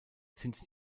sind